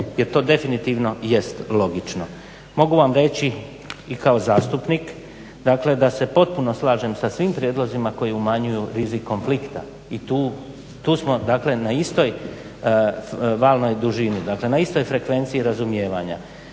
jer to definitivno jest logično. Mogu vam reći i kao zastupnik da se potpuno slažem sa svim prijedlozima koji umanjuju rizik konflikta i tu smo na istoj valnoj dužni dakle na istoj frekvenciji razumijevanja.